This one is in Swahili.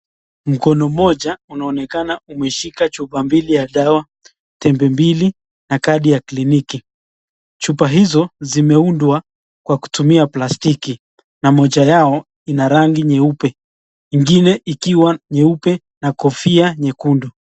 Mkono moja inaonekana imeshika chupa mbili ya dawa tembe mbili na kadi kliniki chupa hizo zimeundwa kwa kutumia plastiki na moja yao ina rangi nyeupe ingine ikiwa nyeupe na kofia nyekundu.